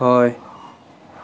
হয়